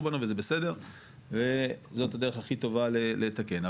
בנו וזה בסדר וזאת הדרך הכי טובה לתקן.